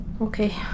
Okay